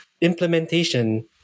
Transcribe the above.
Implementation